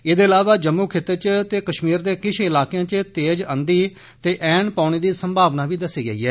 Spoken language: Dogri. एदे अलावा जम्मू खित्ते इच ते कश्मीर दे किश इलाकें इच तेज अंधी ते ऐन पौने दी संभावना बी दस्सी गेई ऐ